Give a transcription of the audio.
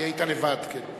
כי היית לבד, כן.